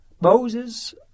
Moses